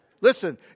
Listen